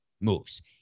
moves